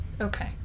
Okay